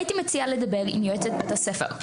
הייתי מציעה לדבר עם יועצת בית הספר.